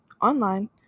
online